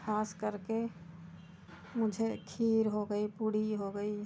खासकर के मुझे खीर हो गई पूड़ी हो गई